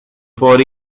for